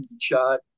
shot